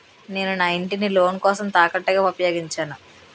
నేను నా ఇంటిని లోన్ కోసం తాకట్టుగా ఉపయోగించాను